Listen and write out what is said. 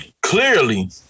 clearly